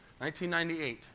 1998